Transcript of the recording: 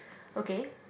okay